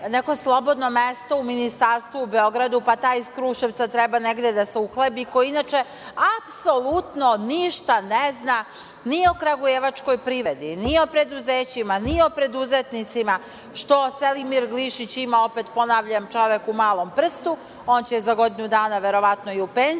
neko slobodno mesto u Ministarstvu u Beogradu, pa taj iz Kruševca treba negde da se uhlebi, koji inače apsolutno ništa ne zna ni o kragujevačkoj privredi, ni o preduzećima, ni o preduzetnicima, što Selimir Glišić ima u malom prstu, on će za godinu dana verovatno i u penziju.